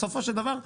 בסופו של דבר,